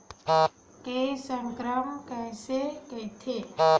के संक्रमण कइसे होथे?